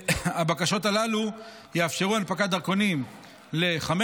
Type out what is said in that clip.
הבקשות הללו יאפשרו הנפקת דרכונים לחמש